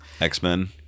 X-Men